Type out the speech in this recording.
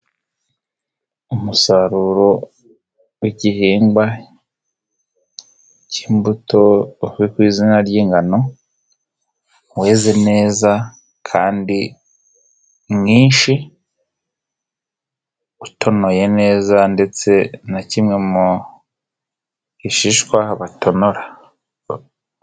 Umusaruro w'igihingwa cy'imbuto uzwi ku izina ry'ingano, weze neza kandi mwinshi, utonoye neza ndetse na kimwe mu bishishwa batonora..